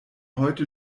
heute